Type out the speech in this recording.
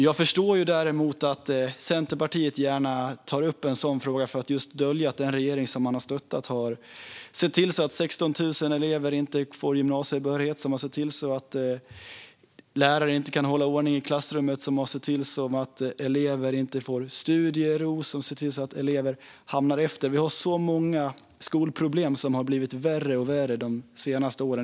Jag förstår att Centerpartiet gärna tar upp en sådan fråga för att dölja att den regering man har stöttat har sett till att 16 000 elever inte får gymnasiebehörighet, att lärare inte kan hålla ordning i klassrummet, att elever inte får studiero, att elever hamnar efter. Det finns så många problem i skolan som har blivit värre och värre de senaste åren.